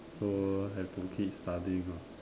so have to keep studying lah